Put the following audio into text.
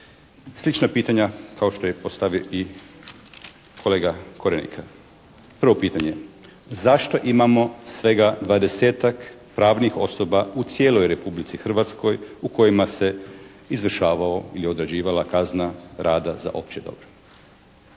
Slična pitanja kao što je postavio i kolega Korenika. Prvo pitanje. Zašto imamo svega 20-tak pravnih osoba u cijeloj Republici Hrvatskoj u kojima se izvršavao ili određivala kazna rada za opće dobro?